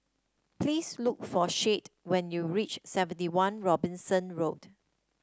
please look for Shade when you reach Seventy One Robinson Road